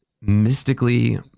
mystically